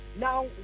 Now